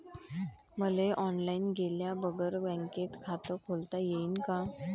मले ऑनलाईन गेल्या बगर बँकेत खात खोलता येईन का?